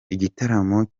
igitaramo